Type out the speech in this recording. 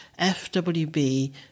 fwb